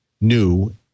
new